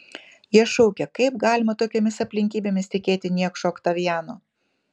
jie šaukė kaip galima tokiomis aplinkybėmis tikėti niekšu oktavianu